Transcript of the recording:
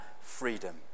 freedom